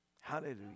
Hallelujah